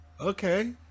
Okay